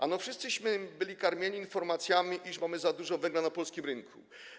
Ano, wszyscyśmy byli karmieni informacjami, iż mamy za dużo węgla na polskim rynku.